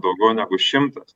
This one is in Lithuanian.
daugiau negu šimtas